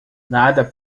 nada